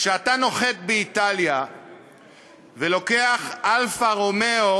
כשאתה נוחת באיטליה ולוקח "אלפא רומיאו"